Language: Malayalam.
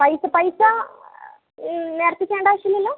പൈസ പൈസ നേരത്തെ തരണ്ടാവശ്യമില്ലല്ലോ